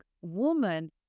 woman